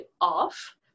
off